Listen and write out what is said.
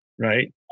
Right